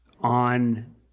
on